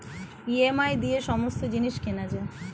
EMI দিয়ে সমস্ত জিনিস কেনা যায়